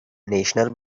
national